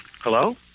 Hello